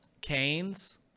canes